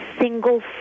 single